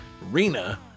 Rina